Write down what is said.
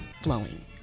flowing